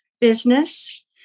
business